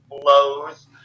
blows